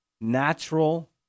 natural